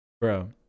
Bro